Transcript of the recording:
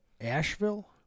Asheville